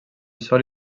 sol